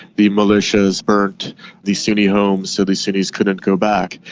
the militias burnt the sunni homes so the sunnis couldn't go back.